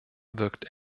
wirkt